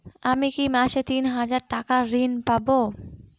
আমি কি মাসে তিন হাজার টাকার ঋণ পাবো?